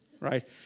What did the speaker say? right